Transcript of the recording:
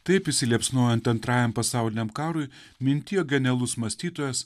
taip įsiliepsnojant antrajam pasauliniam karui mintijo genialus mąstytojas